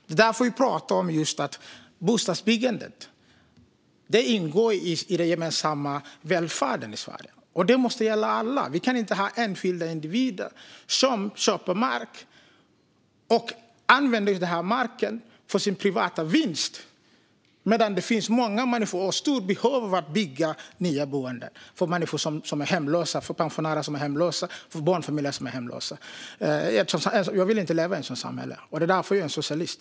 Det är därför vi talar om att bostadsbyggandet ingår i den gemensamma välfärden i Sverige. Det måste gälla alla. Vi kan inte ha enskilda individer som köper mark och använder den för sin privata vinst medan det finns ett stort behov att bygga nya bostäder för olika människor - pensionärer och barnfamiljer - som är hemlösa. Jag vill inte leva i ett sådant samhälle, och det är därför jag är socialist.